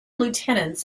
lieutenants